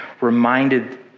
reminded